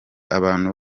abantu